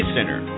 Center